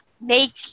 make